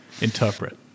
Interpret